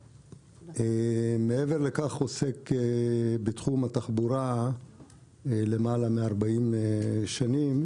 מעבר לכך אני עוסק בתחום התחבורה יותר מ-40 שנים.